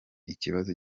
ikibazo